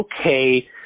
okay